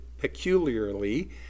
peculiarly